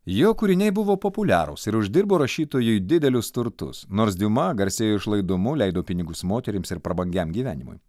jo kūriniai buvo populiarūs ir uždirbo rašytojui didelius turtus nors diuma garsėjo išlaidumu leido pinigus moterims ir prabangiam gyvenimui